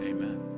Amen